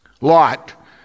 Lot